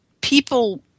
people